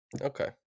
okay